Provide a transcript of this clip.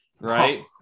right